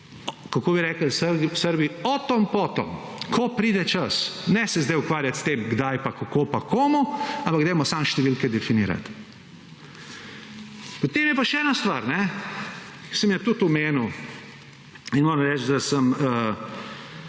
kako bi rekli Srbi, »o tom potom«, ko pride čas. Ne se zdaj ukvarjati s tem kdaj pa kako pa komu, ampak dajmo samo številke definirati. Potem je pa še ena stvar, sem jo tudi omenil in moram reči, da sem,